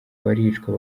baricwa